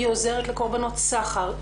היא עוזרת לקורבנות סחר,